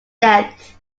depth